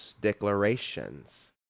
declarations